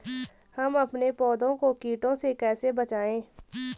हम अपने पौधों को कीटों से कैसे बचाएं?